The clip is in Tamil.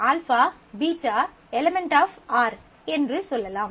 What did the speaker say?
α β ⸦ R என்று சொல்லலாம்